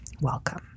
Welcome